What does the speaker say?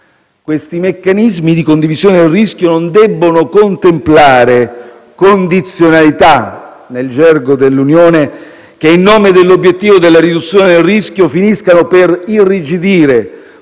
questi meccanismi di condivisione del rischio non debbono contemplare condizionalità - per dirla nel gergo dell'Unione - che, in nome dell'obiettivo della riduzione del rischio, finiscano per irrigidire processi già